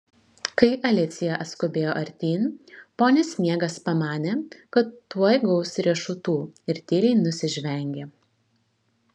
kai alicija atskubėjo artyn ponis sniegas pamanė kad tuoj gaus riešutų ir tyliai nusižvengė